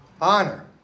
Honor